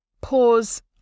pause